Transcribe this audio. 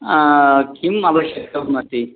किम् आवश्यकमिति